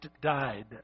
died